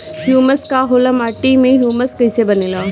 Humus का होला माटी मे ह्यूमस कइसे बनेला?